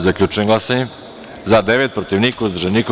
Zaključujem glasanje: za – devet, protiv – niko, uzdržan – niko.